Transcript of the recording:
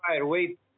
Wait